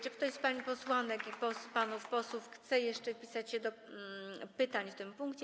Czy ktoś z pań posłanek i panów posłów chce jeszcze zapisać się do pytań w tym punkcie?